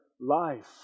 life